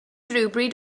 rhywbryd